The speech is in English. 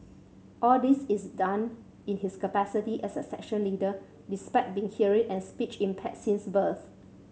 all this is done in his capacity as a section leader despite being hearing and speech impaired since birth